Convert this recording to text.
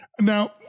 Now